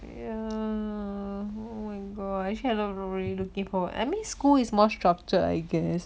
oh my gosh actually I not really looking forward I mean school is more structured I guess